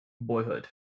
Boyhood